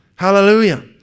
Hallelujah